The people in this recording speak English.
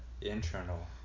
internal